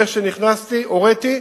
איך שנכנסתי הוריתי,